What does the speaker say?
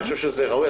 אני חושב שזה ראוי.